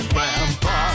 Grandpa